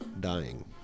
dying